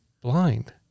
blind